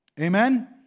Amen